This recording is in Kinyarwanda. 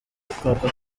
twakora